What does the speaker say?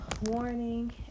warning